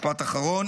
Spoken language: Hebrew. משפט אחרון.